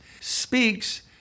speaks